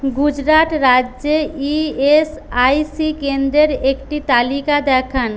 গুজরাট রাজ্যে ইএসআইসি কেন্দ্রের একটি তালিকা দেখান